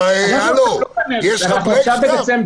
אנחנו עכשיו בדצמבר --- הלו, יש לך ברקס גם?